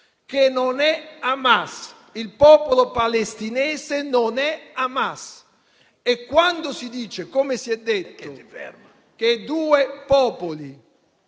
che non è Hamas. Ripeto: il popolo palestinese non è Hamas e quando si dice, come si è detto, che "due popoli,